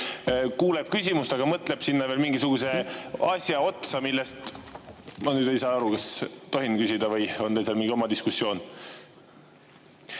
kuuleb küsimust, aga mõtleb sinna veel mingisuguse asja otsa? Ma nüüd ei saa aru, kas ma tohin küsida või on teil seal mingi oma diskussioon.